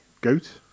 goat